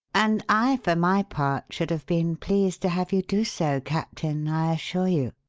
and i for my part should have been pleased to have you do so, captain, i assure you,